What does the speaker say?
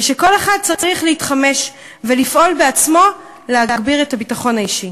ושכל אחד צריך להתחמש ולפעול בעצמו להגביר את הביטחון האישי.